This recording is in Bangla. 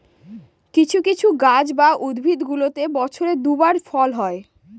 কিছু কিছু গাছ বা উদ্ভিদগুলোতে বছরে দুই বার ফল হয়